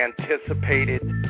anticipated